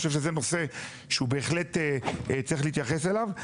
אני חושב שזה בהחלט נושא שצריך להתייחס אליו,